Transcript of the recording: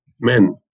men